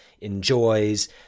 enjoys